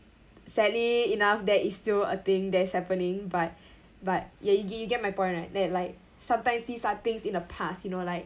sadly enough there is still a thing that's happening but but y~ you g~ get my point right and like sometimes these are things in the past you know like